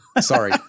sorry